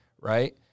Right